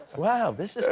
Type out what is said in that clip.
wow. this is